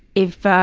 if